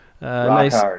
nice